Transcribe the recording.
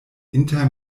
inter